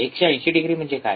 १८० degree म्हणजे काय